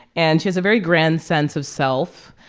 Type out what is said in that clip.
and she has a very grand sense of self.